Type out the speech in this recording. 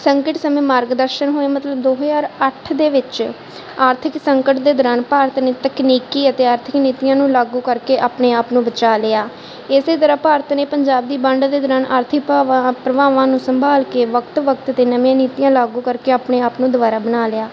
ਸੰਕਟ ਸਮੇਂ ਮਾਰਗਦਰਸ਼ਨ ਹੋਏ ਮਤਲਬ ਦੋ ਹਜ਼ਾਰ ਅੱਠ ਦੇ ਵਿੱਚ ਆਰਥਿਕ ਸੰਕਟ ਦੇ ਦੌਰਾਨ ਭਾਰਤ ਨੇ ਤਕਨੀਕੀ ਅਤੇ ਆਰਥਿਕ ਨੀਤੀਆਂ ਨੂੰ ਲਾਗੂ ਕਰਕੇ ਆਪਣੇ ਆਪ ਨੂੰ ਬਚਾ ਲਿਆ ਇਸ ਤਰ੍ਹਾਂ ਭਾਰਤ ਨੇ ਪੰਜਾਬ ਦੀ ਵੰਡ ਦੇ ਦੌਰਾਨ ਆਰਥਿਕ ਭਾਵਾਂ ਪ੍ਰਭਾਵਾਂ ਨੂੰ ਸੰਭਾਲ ਕੇ ਵਕਤ ਵਕਤ 'ਤੇ ਨਵੀਆਂ ਨੀਤੀਆਂ ਲਾਗੂ ਕਰਕੇ ਆਪਣੇ ਆਪ ਨੂੰ ਦੁਬਾਰਾ ਬਣਾ ਲਿਆ